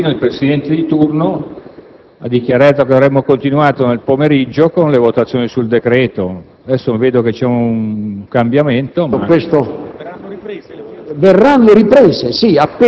non credo di aver capito male, ma stamattina il Presidente di turno ha dichiarato che avremmo continuato nel pomeriggio le votazioni sul decreto-legge n. 299; adesso vedo che c'è un cambiamento.